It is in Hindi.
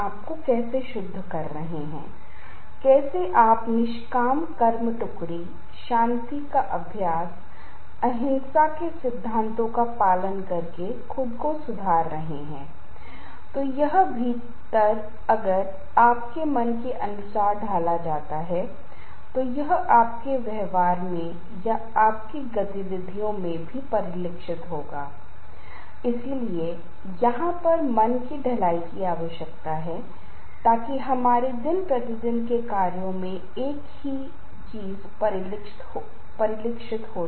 वहां इस प्रकार की तकनीक है जिसे हम अनुकूलित कर सकते हैं और हम तनाव को कम कर सकते हैं और यहां तक कि हमारे एक अध्ययन में हमने दिखाया है कि योग और ध्यान के अभ्यास से कर्मचारियों की जलन कम हो जाती है और संगठन में से कुछ वे यह भी अनिवार्य कर रहे हैं कि कार्यालय के समय के दौरान कर्मचारी योग और ध्यान का अभ्यास कर सकते हैं ताकि उनका तनाव कम हो सके और यह पश्चिमी देशों में अधिक लोकप्रिय हो रहा है इसी तरह से एक स्थिति में खड़े होकर एरोबिक व्यायाम में टहलना वह विशेष स्थान या चलना है